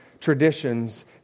traditions